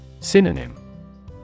Synonym